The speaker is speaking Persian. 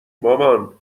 مامان